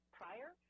prior